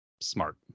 smart